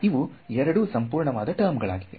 ಇವು ಎರಡು ಸಂಪೂರ್ಣವಾದ ಟರ್ಮ್ ಗಳಾಗಿವೆ